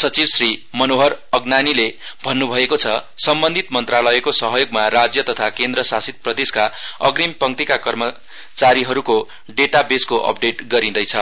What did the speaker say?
सचिव श्री मनोहर अगनानीले भन्नुभएको छ सम्बन्धित मनत्रालयको सहयोगमा राज्य तथा केन्द्रशासित प्रदेशका अग्रिम पंक्तिका कार्यकर्ताहरुको डेटाबेसको अपडेट गरिँदैछ